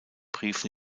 brief